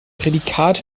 prädikat